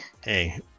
hey